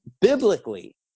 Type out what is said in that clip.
biblically